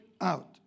out